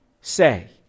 say